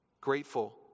Grateful